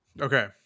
okay